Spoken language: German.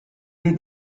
die